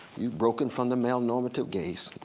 you've broken from the male normative gaze,